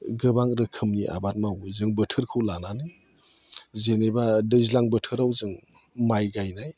गोबां रोखोमनि आबाद मावो जों बोथोरखौ लानानै जेनेबा दैज्लां बोथोराव जों माइ गायनाय